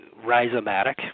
rhizomatic